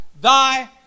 thy